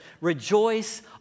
rejoice